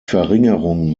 verringerung